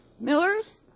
Miller's